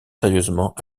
sérieusement